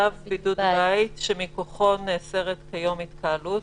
בצו בידוד בית שמכוחו נאסרת כיום התקהלות.